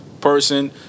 person